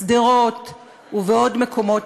בשדרות ובעוד מקומות.